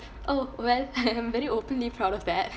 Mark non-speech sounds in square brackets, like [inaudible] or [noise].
oh well [laughs] I'm very openly proud of that